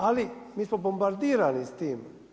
Ali, mi smo bombardirani su tim.